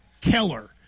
Keller